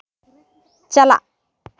ᱪᱟᱞᱟᱜ